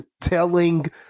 telling